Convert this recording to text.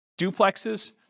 duplexes